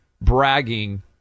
bragging